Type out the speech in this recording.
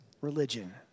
religion